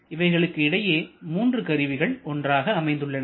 இவைகளுக்கு இடையே மூன்று கருவிகள் ஒன்றாக அமைந்துள்ளன